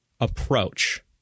approach